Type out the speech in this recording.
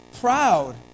proud